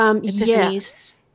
Yes